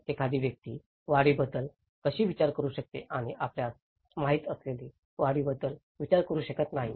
तर एखादी व्यक्ती वाढीबद्दल कशी विचार करू शकते आणि आपल्यास माहित असलेल्या वाढीबद्दल विचार करू शकत नाही